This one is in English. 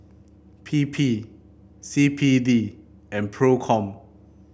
P P C P D and Procom